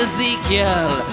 Ezekiel